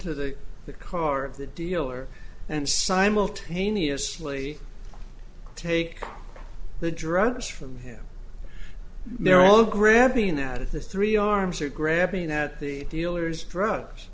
into the car of the dealer and simultaneously take the drugs from him they're all grabbing at the three arms or grabbing at the dealers drugs